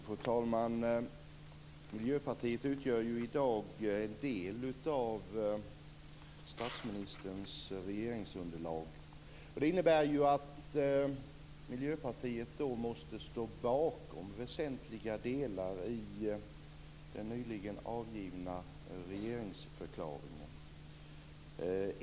Fru talman! Miljöpartiet utgör ju i dag en del av statsministerns regeringsunderlag. Det innebär att Miljöpartiet måste stå bakom väsentliga delar i den nyligen avgivna regeringsförklaringen.